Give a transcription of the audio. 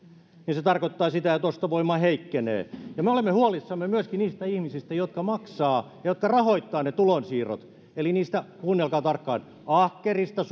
niin se tarkoittaa sitä että ostovoima heikkenee me olemme huolissamme myöskin niistä ihmisistä jotka maksavat jotka rahoittavat ne tulonsiirrot eli niistä kuunnelkaa tarkkaan ahkerista